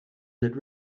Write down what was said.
that